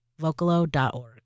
vocalo.org